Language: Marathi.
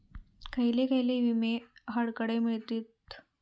खयले खयले विमे हकडे मिळतीत?